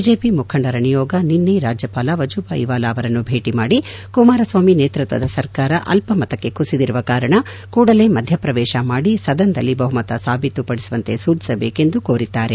BJP ಮುಖಂಡರ ನಿಯೋಗ ನಿನ್ನೆ ರಾಜ್ಯಪಾಲ ವಜೂಭಾಯ್ ವಾಲಾ ಅವರನ್ನು ಭೇಟಿ ಮಾಡಿ ಕುಮಾರಸ್ವಾಮಿ ನೇತೃತ್ವದ ಸರ್ಕಾರ ಅಲ್ಪಮತಕ್ಕೆ ಕುಸಿದಿರುವ ಕಾರಣ ಕೂಡಲೇ ಮಧ್ಯಪ್ರವೇಶ ಮಾಡಿ ಸದನದಲ್ಲಿ ಬಹುಮತ ಸಾಬೀತುಪಡಿಸುವಂತೆ ಸೂಚಿಸಬೇಕೆಂದು ಕೋರಿದ್ದಾರೆ